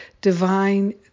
divine